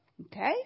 Okay